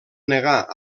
negar